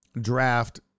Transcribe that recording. draft